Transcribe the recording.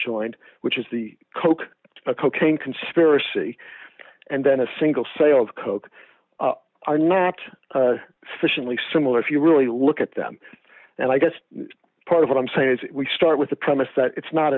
joined which is the coke a cocaine conspiracy and then a single sale of coke are not sufficiently similar if you really look at them and i guess part of what i'm saying is we start with the premise that it's not